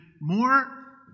more